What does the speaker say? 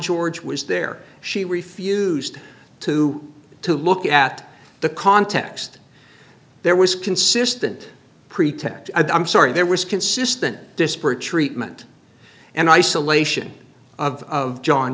george was there she refused to to look at the context there was consistent pretext i'm sorry there was consistent disparate treatment and isolation of john